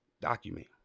Document